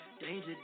Danger